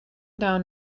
down